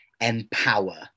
empower